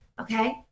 okay